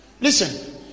Listen